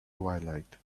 twilight